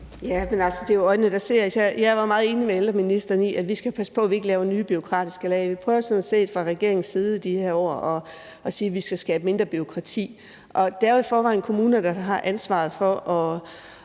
Jeg var meget enig med ældreministeren i, at vi skal passe på, at vi ikke laver nye bureaukratiske lag. Vi prøver sådan set fra regeringens side i de her år at sige, at vi skal skabe mindre bureaukrati. Det er jo i forvejen kommunerne, der har ansvaret for at